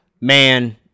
man